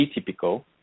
atypical